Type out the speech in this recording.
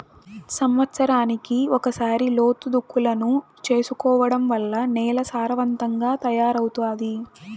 సమత్సరానికి ఒకసారి లోతు దుక్కులను చేసుకోవడం వల్ల నేల సారవంతంగా తయారవుతాది